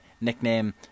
nickname